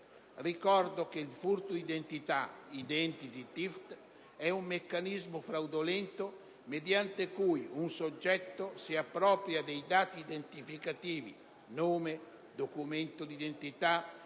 Ricordo che il furto d'identità (*identity theft*) è un meccanismo fraudolento, mediante cui un soggetto si appropria dei dati identificativi (nome, documento d'identità,